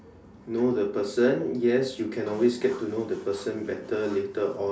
know the person yes you can always get to know the person better later on